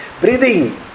Breathing